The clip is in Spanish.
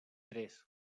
tres